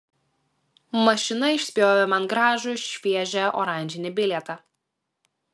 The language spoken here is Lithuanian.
mašina išspjovė man gražų šviežią oranžinį bilietą